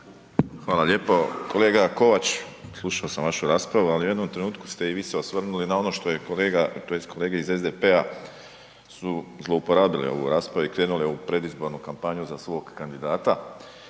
Hvala lijepo. Kolega Kovač, slušao sam vašu raspravu, ali u jednom trenutku ste i vi se osvrnuli na ono što je kolega, tj. kolege iz SDP-a su zlouporabile u ovoj raspravi i krenule u predizbornu kampanju za svog kandidata.